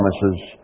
promises